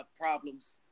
problems